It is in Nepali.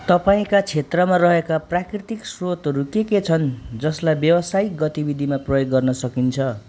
तपाईँका क्षेत्रमा रहेका प्राकृतिक श्रोतहरू के के छन् जसलाई व्यवसायिक गतिविधिमा प्रयोग गर्न सकिन्छ